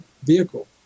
vehicle